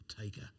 taker